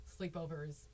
sleepovers